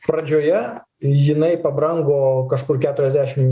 pradžioje jinai pabrango kažkur keturiasdešim